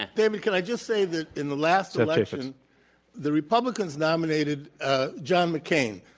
and david, can i just say that in the last election the republicans nominated ah john mccain,